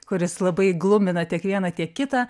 kuris labai glumina tiek vieną tiek kitą